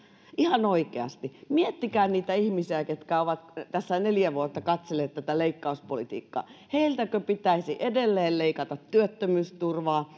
ihan oikeasti miettikää niitä ihmisiä ketkä ovat tässä neljä vuotta katselleet tätä leikkauspolitiikkaa heiltäkö pitäisi edelleen leikata työttömyysturvaa